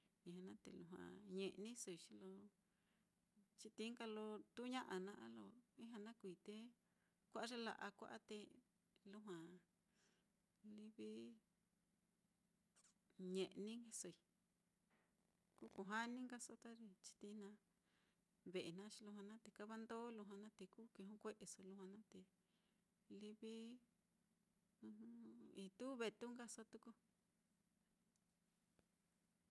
Ijña naá, te lujua ñe'nisoi xi lo chitií nka lo tuuña'a naá lo ijña naá kuui te kua'a ye la'a kua'a, te lujua livi ñe'nisoi, kú kujani nkaso ta ye chitií naá ve'e naá, xi lujua naá te kava ndó, lujua naá te kú kijokue'eso, lujua naá te livi ituu vetu nkaso tuku.